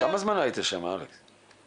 כמה זמן היית שם, אלכס?